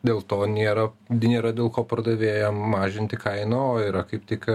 dėl to nėra nėra dėl ko pardavėjam mažinti kainų o yra kaip tik